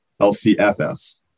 LCFS